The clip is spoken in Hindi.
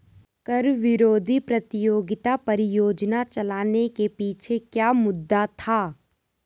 कर विरोधी प्रतियोगिता परियोजना चलाने के पीछे क्या मुद्दा था?